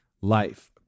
life